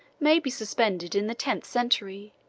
may be suspended in the tenth century,